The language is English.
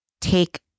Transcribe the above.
take